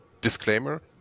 disclaimer